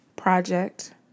project